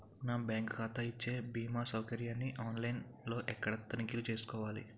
నా బ్యాంకు ఖాతా ఇచ్చే భీమా సౌకర్యాన్ని ఆన్ లైన్ లో ఎక్కడ తనిఖీ చేసుకోవాలి?